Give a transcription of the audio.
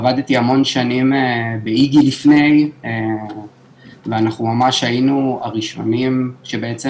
עבדתי המון שנים באיגי לפני ואנחנו ממש היינו הראשונים שבעצם